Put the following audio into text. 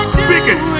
speaking